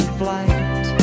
flight